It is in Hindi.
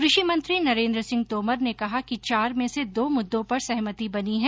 कृषि मंत्री नरेन्द्र सिंह तोमर ने कहा कि चार में से दो मुददों पर सहमति बनी है